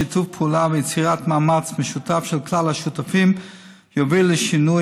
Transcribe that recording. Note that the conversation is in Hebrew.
שיתוף פעולה ויצירת מאמץ משותף של כלל השותפים יובילו לשינוי